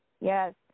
Yes